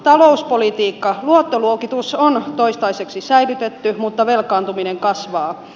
talouspolitiikka luottoluokitus on toistaiseksi säilytetty mutta velkaantuminen kasvaa